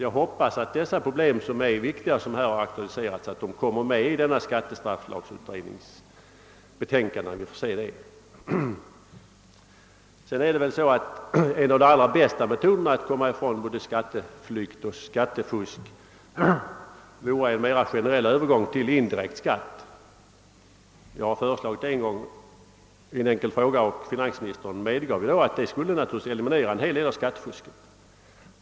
Jag hoppas att dessa problem, som här har aktualiserats och som är viktiga, kommer med i skattestrafflagutredningens betänkande. En av de allra bästa metoderna att komma från både skatteflykt och skattefusk är att mera generellt övergå till indirekt skatt. Jag har en gång föreslagit det i samband med en enkel fråga, och finansministern medgav då att det skulle eliminera en hel del av skattefusket.